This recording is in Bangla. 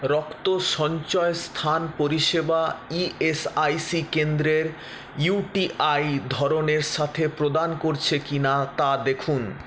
রক্ত সঞ্চয়স্থান পরিষেবা ইএসআইসি কেন্দ্রের ইউটিআই ধরণের সাথে প্রদান করছে কি না তা দেখুন